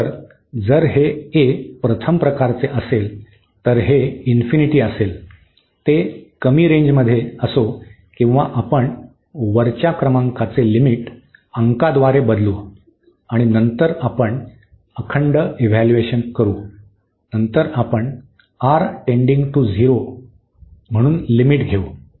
तर जर हे a प्रथम प्रकारचे असेल तर हे इन्फिनिटी असेल ते कमी रेंजमध्ये असो किंवा आपण वरच्या क्रमांकाचे लिमिट अंकांद्वारे बदलू आणि नंतर आपण अखंड इव्हॅल्यूएशन करू नंतर आपण R टेंन्डिंग टू झिरो म्हणून लिमिट घेऊ